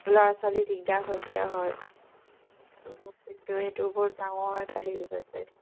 ল'ৰা ছোৱালীৰ দিগদাৰ হৈছে হয়